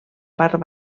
part